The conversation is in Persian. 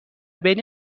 بین